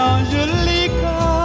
Angelica